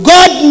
God